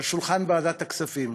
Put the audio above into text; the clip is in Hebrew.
על שולחן ועדת הכספים: